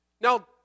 Now